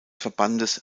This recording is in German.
verbandes